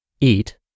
eat